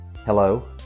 Hello